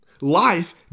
Life